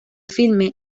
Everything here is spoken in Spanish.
filme